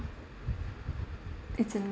it's in